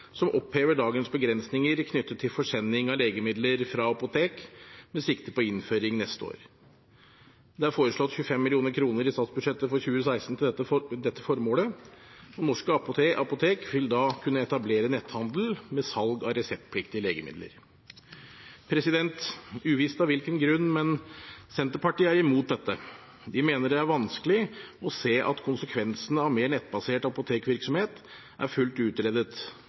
som opphever dagens begrensninger knyttet til forsending av legemidler fra apotek, med sikte på innføring neste år. Det er foreslått 25 mill. kr i statsbudsjettet for 2016 til dette formålet, og norske apotek vil da kunne etablere netthandel med salg av reseptpliktige legemidler. Senterpartiet er, uvisst av hvilken grunn, imot dette. De mener det er vanskelig å se at konsekvensene av mer nettbasert apotekvirksomhet er fullt utredet,